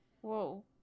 whoa